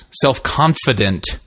self-confident